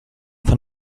von